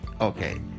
Okay